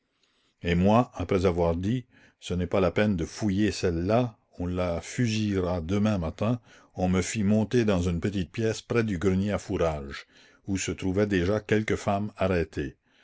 et moi après avoir dit ce n'est pas la peine de fouiller celle-là on la fusillera demain matin on me fit monter dans une petite pièce près du grenier à fourrages où se trouvaient déjà quelques femmes arrêtées